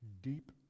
deep